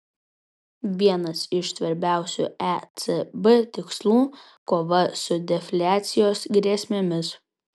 vienas iš svarbiausių ecb tikslų kova su defliacijos grėsmėmis